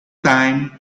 time